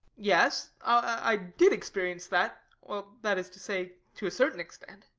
yes. i did experience that that is to say, to a certain extent.